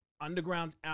underground